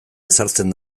ezartzen